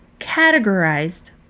categorized